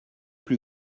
plus